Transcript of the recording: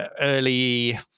Early